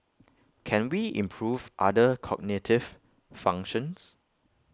can we improve other cognitive functions